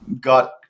got